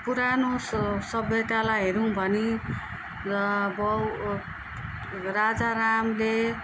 पुरानो स सभ्यातालाई हेरौँ भने अब राजा रामले